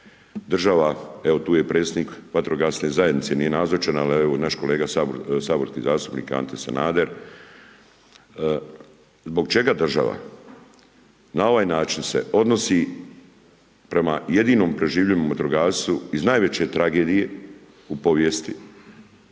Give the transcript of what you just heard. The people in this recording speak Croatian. država, evo tu je i predsjednik vatrogasne zajednice, nije nazočan, ali evo, naš kolega saborski zastupnik Ante Sanader, zbog čega država na ovaj način se odnosi prema jedinom proživljenom vatrogascu iz najveće tragedije u povijesti,